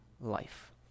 life